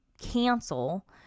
cancel